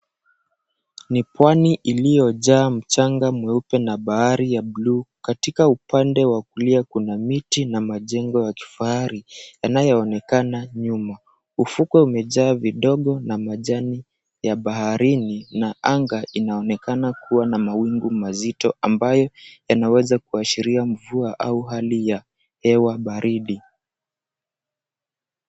Ni pwani iliyojaa mchanga mweupe na bahari ya bluu. Katika upande wa kulia kuna miti na majengo ya kifahari yanayoonekana nyuma. Ufukwe umejaa vidogo na majani ya baharini, na anga inaonekana kuwa na mawingu mazito, ambayo yanaweza kuashiria mvua au hali ya hewa baridi.